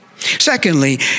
Secondly